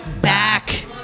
back